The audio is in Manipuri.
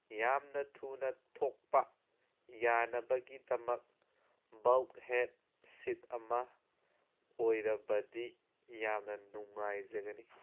ꯌꯥꯝꯅ ꯊꯨꯅ ꯊꯣꯛꯄ ꯌꯥꯅꯕꯒꯤꯗꯃꯛ ꯕ꯭ꯂꯛ ꯍꯦꯠ ꯁꯤꯠ ꯑꯃ ꯑꯣꯏꯔꯕꯗꯤ ꯌꯥꯝꯅ ꯅꯨꯡꯉꯥꯏꯖꯒꯅꯤ